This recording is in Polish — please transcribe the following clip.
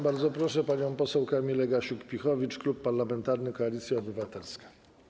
Bardzo proszę, pani poseł Kamila Gasiuk-Pihowicz, Klub Parlamentarny Koalicja Obywatelska.